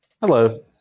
Hello